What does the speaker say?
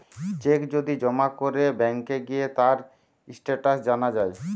check যদি জমা করে ব্যাংকে গিয়ে তার স্টেটাস জানা যায়